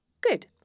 Good